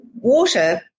water